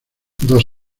dos